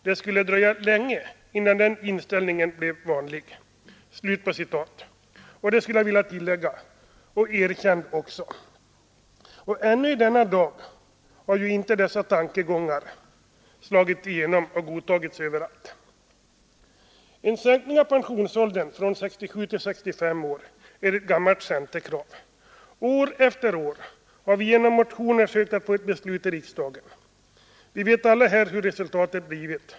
Det skulle dröja länge innan den inställningen blev vanlig.” Och erkänd, skulle jag vilja tillägga. Ännu i denna dag har dessa tankegångar inte slagit igenom och godtagits överallt. En sänkning av pensionsåldern från 67 till 65 år är ett gammalt centerkrav. År efter år har vi genom motioner sökt få ett beslut i riksdagen. Vi vet alla här hur resultatet blivit.